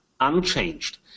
unchanged